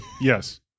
Yes